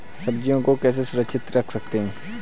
सब्जियों को कैसे सुरक्षित रख सकते हैं?